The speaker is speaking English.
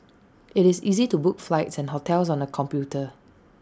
IT is easy to book flights and hotels on the computer